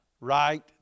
right